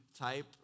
type